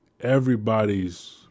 everybody's